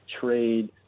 trade